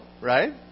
right